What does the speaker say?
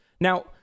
Now